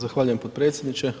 Zahvaljujem potpredsjedniče.